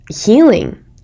healing